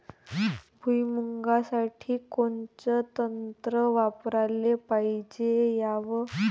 भुइमुगा साठी कोनचं तंत्र वापराले पायजे यावे?